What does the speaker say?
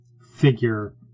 figure